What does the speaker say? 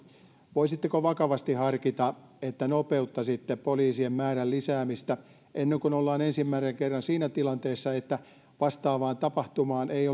voisitteko vakavasti harkita että nopeuttaisitte poliisien määrän lisäämistä ennen kuin ollaan ensimmäisen kerran siinä tilanteessa että vastaavaan tapahtumaan ei